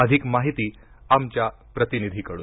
अधिक माहिती आमच्या प्रतिनिधीकडून